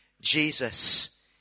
Jesus